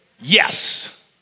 Yes